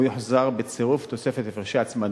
הוא יוחזר בצירוף תוספת הפרשי הצמדה,